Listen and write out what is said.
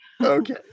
Okay